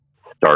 start